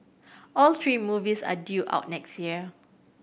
all three movies are due out next year